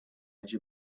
edge